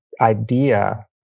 idea